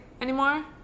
anymore